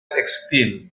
textil